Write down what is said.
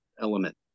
element